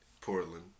Portland